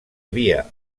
havia